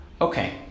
okay